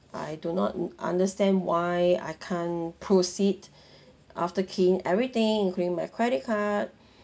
I do not understand why I can't proceed after keyed in everything keyed in my credit card